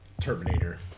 Terminator